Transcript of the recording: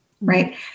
right